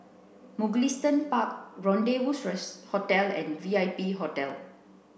Mugliston Park Rendezvous Hotel and V I P Hotel